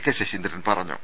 K Saseendran പറഞ്ഞു